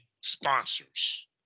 sponsors